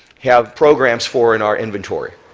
have programs for in our inventory.